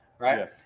Right